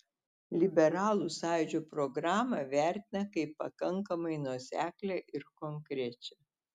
liberalų sąjūdžio programą vertina kaip pakankamai nuoseklią ir konkrečią